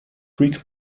greek